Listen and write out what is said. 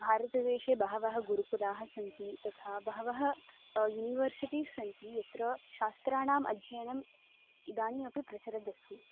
भारतदेशे बहवः गुरुकुलाः सन्ति तथा बहवः युनिवर्सिटीस् सन्ति यत्र शस्त्राणाम् अध्ययनम् इदानीमपि प्रचलद् अस्ति